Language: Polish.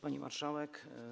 Pani Marszałek!